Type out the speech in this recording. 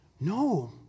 no